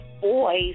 boys